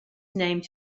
named